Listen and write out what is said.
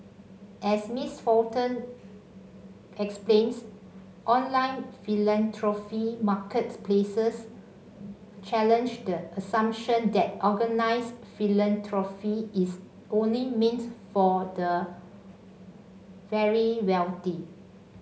as Miss Fulton explains online philanthropy marketplaces challenge the assumption that organised philanthropy is only meant for the very wealthy